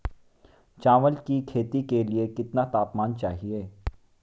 चावल की खेती के लिए कितना तापमान चाहिए?